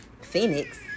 Phoenix